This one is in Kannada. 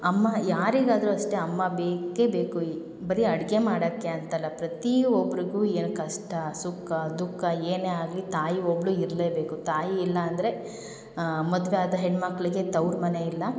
ಅಮ್ಮ ಯಾರಿಗಾದ್ರೂ ಅಷ್ಟೇ ಅಮ್ಮ ಬೇಕೇ ಬೇಕು ಈ ಬರೇ ಅಡುಗೆ ಮಾಡೋಕ್ಕೆ ಅಂತಲ್ಲ ಪ್ರತಿಯೊಬ್ರಿಗು ಏನೇ ಕಷ್ಟ ಸುಖ ದುಃಖ ಏನೇ ಆಗಲಿ ತಾಯಿ ಒಬ್ಬಳು ಇರಲೇಬೇಕು ತಾಯಿ ಇಲ್ಲ ಅಂದರೆ ಮದುವೆಯಾದ ಹೆಣ್ಣು ಮಕ್ಕಳಿಗೆ ತವ್ರ ಮನೆ ಇಲ್ಲ